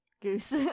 Goose